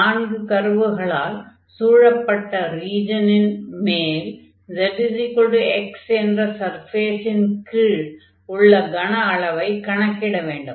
நான்கு கர்வுகளால் சூழப்பட்ட ரீஜனின் மேல் z x என்ற சர்ஃபேஸின் கீழ் உள்ள கன அளவைக் கணக்கிட வேண்டும்